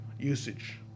usage